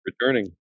returning